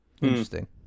Interesting